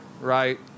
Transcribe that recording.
right